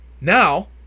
Now